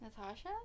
Natasha